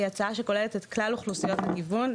זו הצעה שכוללת את כלל אוכלוסיות הגיוון,